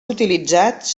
utilitzats